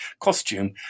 costume